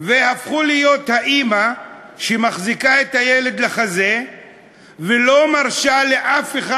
והפכו להיות האימא שמחזיקה את הילד קרוב לחזה ולא מרשה לאף אחד